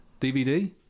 DVD